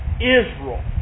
Israel